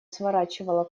сворачивала